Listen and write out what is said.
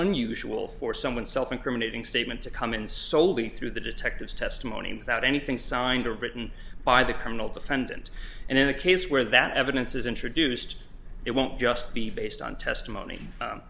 unusual for someone self incriminating statement to come in soley through the detective's testimony without anything signed or written by the criminal defendant and in the case where that evidence is introduced it won't just be based on testimony